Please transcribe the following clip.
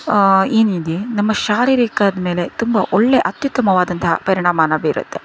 ಏನಿದೆ ನಮ್ಮ ಶಾರೀರಿಕದ ಮೇಲೆ ತುಂಬಾ ಒಳ್ಳೆಯ ಅತ್ಯುತ್ತಮವಾದಂಥ ಪರಿಣಾಮಾನ ಬೀರುತ್ತೆ